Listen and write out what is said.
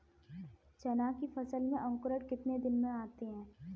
चना की फसल में अंकुरण कितने दिन में आते हैं?